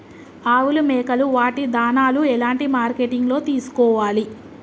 ఆవులు మేకలు వాటి దాణాలు ఎలాంటి మార్కెటింగ్ లో తీసుకోవాలి?